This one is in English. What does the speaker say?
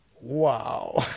wow